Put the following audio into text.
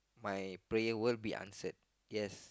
my prayer will be answered yes